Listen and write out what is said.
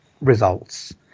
results